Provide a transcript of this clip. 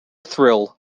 thrill